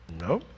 No